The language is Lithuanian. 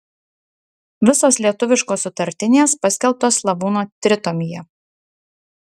visos lietuviškos sutartinės paskelbtos slavūno tritomyje